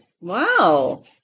Wow